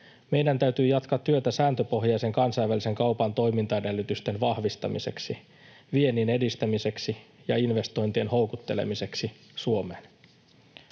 meidän täytyy jatkaa työtä sääntöpohjaisen kansainvälisen kaupan toimintaedellytysten vahvistamiseksi, viennin edistämiseksi ja investointien houkuttelemiseksi Suomeen.